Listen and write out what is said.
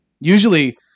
usually